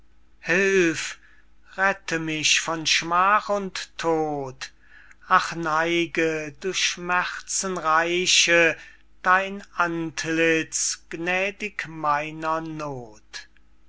hilf rette mich von schmach und tod ach neige du schmerzenreiche dein antlitz gnädig meiner noth